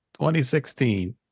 2016